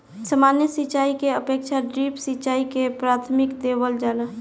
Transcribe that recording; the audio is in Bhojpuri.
सामान्य सिंचाई के अपेक्षा ड्रिप सिंचाई के प्राथमिकता देवल जाला